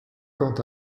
quant